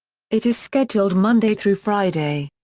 it is scheduled monday through friday.